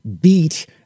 beat